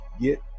get